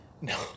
No